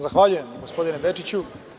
Zahvaljujem, gospodine Bečiću.